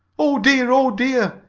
oh dear! oh dear!